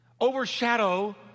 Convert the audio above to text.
Overshadow